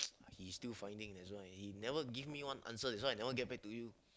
he still finding that's why he never give me one answer that's why I never get back to you